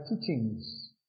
teachings